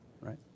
right